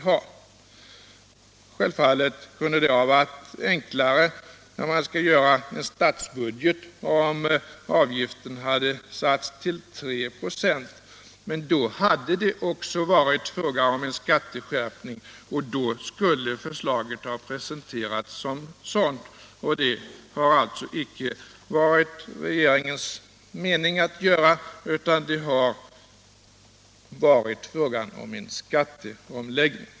När man skall göra en statsbudget hade det självfallet kunnat vara enklare, om avgiften hade satts till 3 96, men då hade det också varit fråga om en skatteskärpning, och då skulle förslaget också ha presenterats som en skärpning. Men det har alltså inte varit regeringens avsikt, utan det har varit fråga om en skatteomläggning.